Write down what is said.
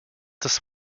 das